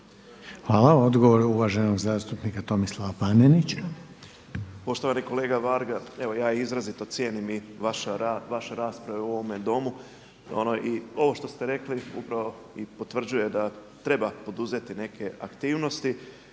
Hvala. Odgovor uvaženog zastupnika Tomislava Panenića. **Panenić, Tomislav (MOST)** Poštovani kolega Varga evo ja izrazito cijenim i vaše rasprave u ovome domu i ovo što ste rekli upravo i potvrđuje da treba poduzeti neke aktivnosti